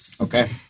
Okay